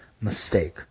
mistake